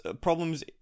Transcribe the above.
problems